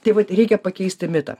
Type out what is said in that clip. tai vat reikia pakeisti mitą